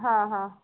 हां हां